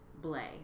Blay